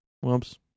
Whoops